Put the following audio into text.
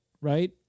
right